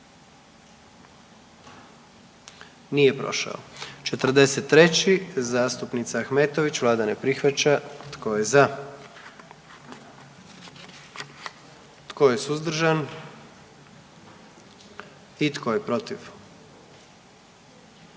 44. Kluba zastupnika SDP-a, vlada ne prihvaća. Tko je za? Tko je suzdržan? Tko je protiv?